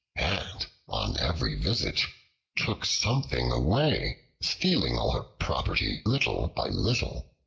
and on every visit took something away, stealing all her property little by little.